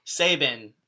Saban